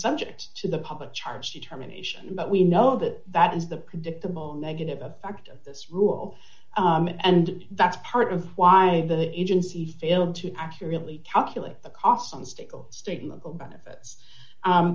subject to the public charge determination but we know that that is the predictable negative effect of this rule and that's part of why the agency failed to accurately calculate the cost on the state stigma